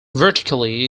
vertically